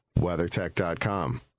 WeatherTech.com